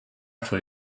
for